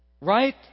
Right